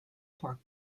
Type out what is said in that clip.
park